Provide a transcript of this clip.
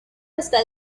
está